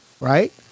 right